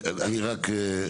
אני רק,